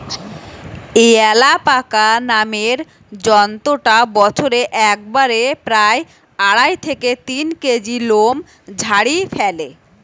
alpaca নামের জন্তুটা বছরে একবারে প্রায় আড়াই থেকে তিন কেজি লোম ঝাড়ি ফ্যালে